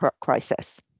crisis